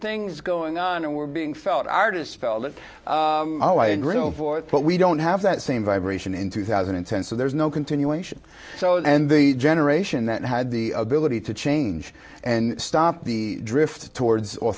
things going on and were being felt artists felt oh i agree but we don't have that same vibration in two thousand and ten so there is no continuation and the generation that had the ability to change and stop the drift towards or